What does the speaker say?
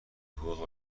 حقوق